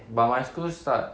but my school start